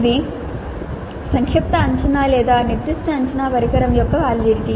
ఇది సంక్షిప్త అంచనా లేదా నిర్దిష్ట అంచనా పరికరం యొక్కవాలిడిటీ